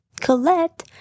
Colette